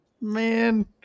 man